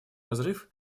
разрыв